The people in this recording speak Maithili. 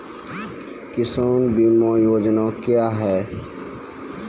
किसान बीमा योजना क्या हैं?